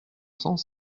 cents